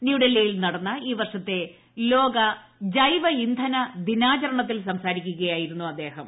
ന്യൂഡൽഹിയിൽ നടന്നു ഈ വർഷത്തെ ലോക ലൈവ ഇന്ധന ദിനാചരണത്തിൽ സംസ്പാരിക്കുകയായിരുന്നു അദ്ദേഹം